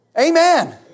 Amen